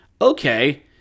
okay